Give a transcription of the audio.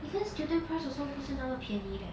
even student price also 不是那么便宜 leh